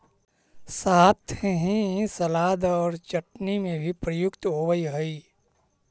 साथ ही सलाद और चटनी में भी प्रयुक्त होवअ हई